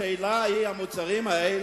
השאלה היא מה קורה עם המוצרים האלה.